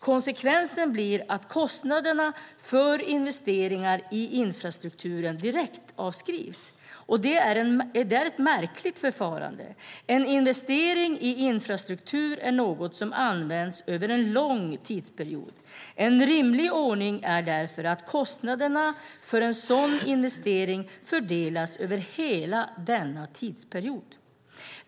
Konsekvensen blir att kostnaderna för investeringar i infrastruktur direktavskrivs. Det är ett märkligt förfarande. En investering i infrastruktur är något som används över en lång tidsperiod. En rimlig ordning är därför att kostnaderna för en sådan investering fördelas över hela denna tidsperiod.